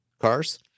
cars